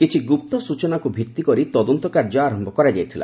କିଛି ଗୁପ୍ତ ସୂଚନାକୁ ଭିତ୍ତି କରି ତଦନ୍ତ କାର୍ଯ୍ୟ ଆରମ୍ଭ କରାଯାଇଥିଲା